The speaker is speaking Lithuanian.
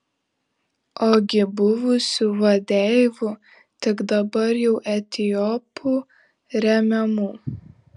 ogi buvusių vadeivų tik dabar jau etiopų remiamų